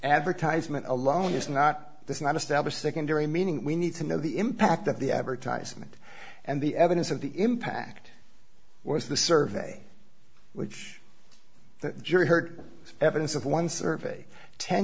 advertisement alone is not this not established secondary meaning we need to know the impact of the advertisement and the evidence of the impact was the survey which the jury heard evidence of one survey ten